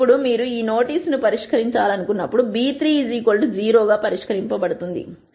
ఇప్పుడు మీరు ఈ నోటీసు ను పరిష్కరించాలనుకున్నప్పుడు b 3 0 గా పరిష్కరించబడింది